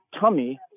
tummy